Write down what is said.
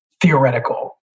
theoretical